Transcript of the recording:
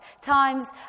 Times